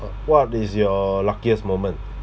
what what is your luckiest moment